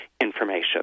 information